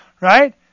right